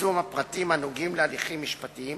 לפרסום הפרטים הנוגעים להליכים משפטיים,